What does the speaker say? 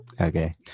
Okay